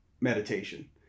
meditation